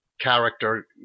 character